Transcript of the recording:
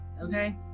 Okay